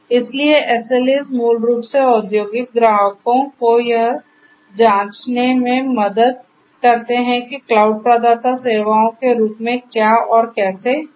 इसलिए SLAs मूल रूप से औद्योगिक ग्राहकों को यह जांचने में मदद करते हैं कि क्लाउड प्रदाता सेवाओं के रूप में क्या और कैसे देता है